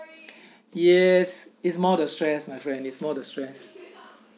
yes it's more the stress my friend it's more the stress